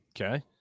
okay